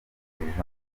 fulgence